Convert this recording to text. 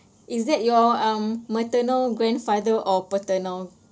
is that your um maternal grandfather or paternal